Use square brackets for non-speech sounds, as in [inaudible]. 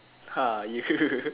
!haiya! [noise]